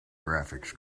graphics